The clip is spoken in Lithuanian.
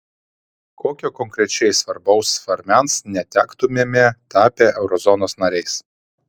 kokio konkrečiai svarbaus svarmens netektumėme tapę eurozonos nariais